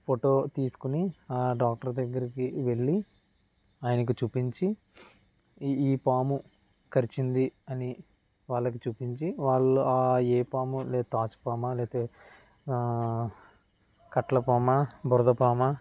photo తీసుకుని ఆ doctor దగ్గరికి వెళ్లి ఆయనకు చూపించి ఈ పాము కరిచింది అని వాళ్ళకి చూపించి వాళ్ళు ఏ పాము లే తాచు పామా లేకపోతే ఆ కట్ల పామా బురద పామా